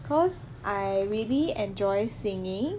cause I really enjoy singing